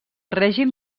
règim